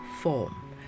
form